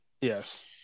Yes